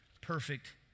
perfect